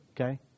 Okay